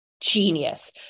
genius